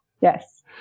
yes